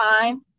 time